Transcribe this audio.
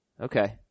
Okay